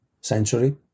century